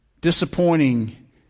disappointing